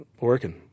working